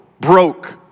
broke